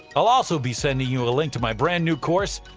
i'll also be sending you a link to my brand new course,